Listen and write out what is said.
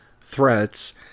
threats